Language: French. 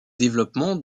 développement